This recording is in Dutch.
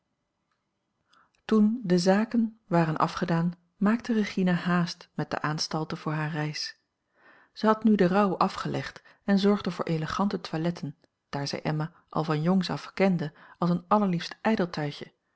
toen de zaken waren afgedaan maakte regina haast met de aanstalten voor hare reis zij had nu den rouw afgelegd en zorgde voor elegante toiletten daar zij emma al van jongs af kende als een allerliefst ijdeltuitje